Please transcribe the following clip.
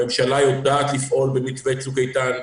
הממשלה יודעת לפעול במתווה צוק איתן,